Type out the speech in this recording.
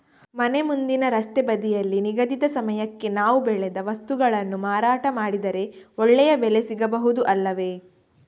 ಮನೆ ಮುಂದಿನ ರಸ್ತೆ ಬದಿಯಲ್ಲಿ ನಿಗದಿತ ಸಮಯಕ್ಕೆ ನಾವು ಬೆಳೆದ ವಸ್ತುಗಳನ್ನು ಮಾರಾಟ ಮಾಡಿದರೆ ಒಳ್ಳೆಯ ಬೆಲೆ ಸಿಗಬಹುದು ಅಲ್ಲವೇ?